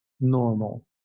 normal